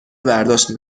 برداشت